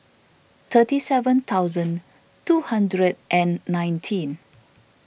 thirty seven thousand two hundred and nineteen